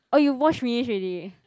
oh you watch finish already